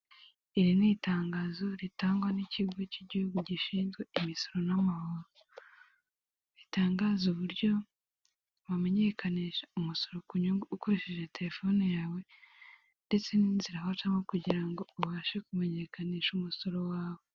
Iri ni itangazo ritangwa n'ikigo cy'igihugu gishinzwe imisoro n'amahoro. Ritangaza uburyo wamenyekanisha umusoro ku nyungu ukoresheje telefone yawe, ndetse n'inzira wacamo kugira ngo ubashe kumenyekanisha umusoro wawe.